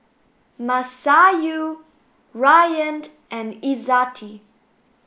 Masayu Ryan and Izzati